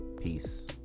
Peace